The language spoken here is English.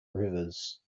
rivers